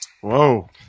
Whoa